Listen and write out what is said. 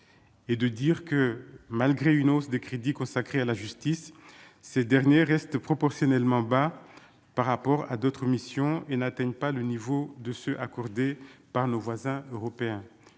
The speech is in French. et de dire que, malgré une hausse des crédits consacrés à la justice, ces derniers restent proportionnellement bas par rapport à d'autres missions et n'atteignent pas le niveau de ceux accordés par nos voisins européens,